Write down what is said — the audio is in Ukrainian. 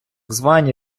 звані